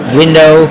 window